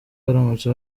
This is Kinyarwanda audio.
baramutse